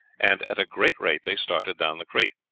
and at a great rate they started down the creek.